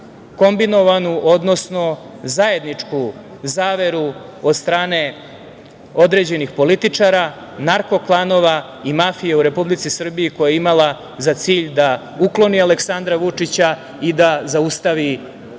kombinovanu, odnosno zajedničku zaveru od strane određenih političara, narko klanova i mafije u Republici Srbiji, koja je imala za cilj da ukloni Aleksandra Vučića i da zaustavi